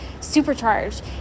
supercharged